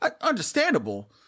Understandable